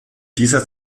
dieser